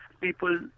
people